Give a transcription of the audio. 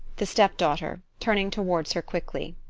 the step-daughter turning towards her quickly.